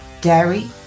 dairy